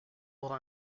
aura